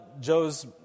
Joe's